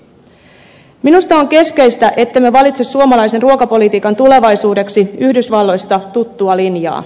minusta on keskeistä ettemme valitse suomalaisen ruokapolitiikan tulevaisuudeksi yhdysvalloista tuttua linjaa